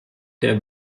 der